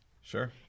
Sure